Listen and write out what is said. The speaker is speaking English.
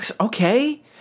okay